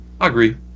agree